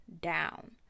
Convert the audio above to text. down